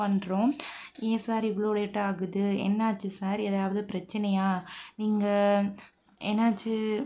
ஏன் சார் இவ்வளோ லேட்டாக ஆகுது என்னாச்சு சார் எதாவது பிரச்சனையா நீங்கள் என்னாச்சு